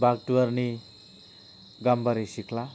बाघ दुवारनि गाम्बारि सिख्ला